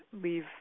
leave